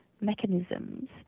mechanisms